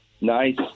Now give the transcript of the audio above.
Nice